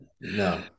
no